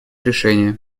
решения